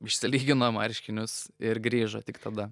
išsilygino marškinius ir grįžo tik tada